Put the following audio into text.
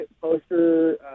poster